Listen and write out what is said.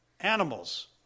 animals